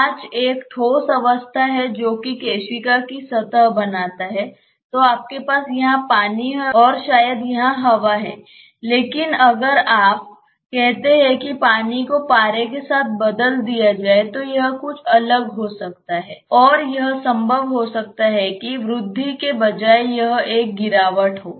कांच एक ठोस अवस्था है जो केशिका की सतह बनाता है तो आपके पास यहां पानी है और शायद यहां हवा है लेकिन अगर आप कहते हैं कि पानी को पारे के साथ बदल दिया जाए तो यह कुछ अलग हो सकता है और यह संभव हो सकता है कि वृद्धि के बजाय यह एक गिरावट हो